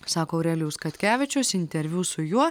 sako aurelijus katkevičius interviu su juo